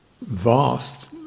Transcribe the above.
vast